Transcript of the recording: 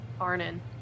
Arnon